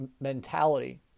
mentality